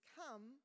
come